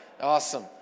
Awesome